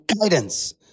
guidance